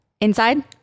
Inside